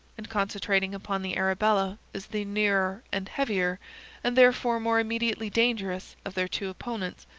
and concentrating upon the arabella as the nearer and heavier and therefore more immediately dangerous of their two opponents,